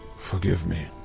forgive me